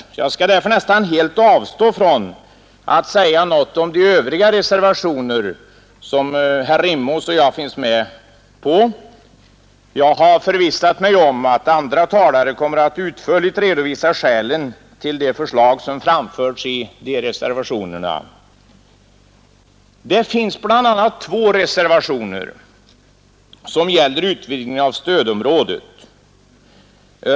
Jag skall därför nästan helt avstå från att säga något om de övriga reservationer där herr Rimås och jag finnes med bland reservanterna. Jag har förvissat mig om att andra talare kommer att utförligt redovisa skälen till de förslag som framföres i dessa reservationer. Det finns bl.a. två reservationer som gäller utvidgning av stödområdet.